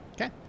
Okay